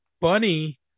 Bunny